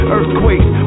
Earthquakes